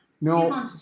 No